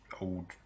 old